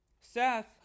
Seth